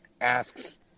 asks